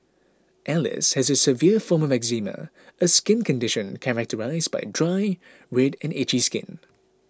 Alice has a severe form of eczema a skin condition characterised by dry red and itchy skin